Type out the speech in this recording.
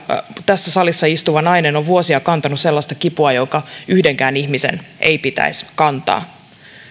tässä salissa istuva nainen on vuosia kantanut sellaista kipua jota yhdenkään ihmisen ei pitäisi kantaa